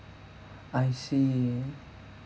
I see